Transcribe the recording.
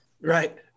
right